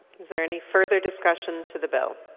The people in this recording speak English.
there any further discussion to the bill?